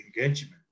engagement